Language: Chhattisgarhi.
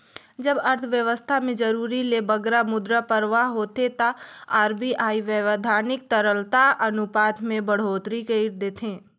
जब अर्थबेवस्था में जरूरत ले बगरा मुद्रा परवाह होथे ता आर.बी.आई बैधानिक तरलता अनुपात में बड़होत्तरी कइर देथे